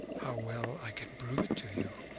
how well i can prove it to you!